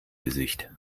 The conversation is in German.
gesicht